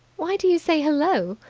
why do you say hello?